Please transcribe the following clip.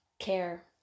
care